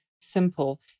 simple